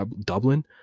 Dublin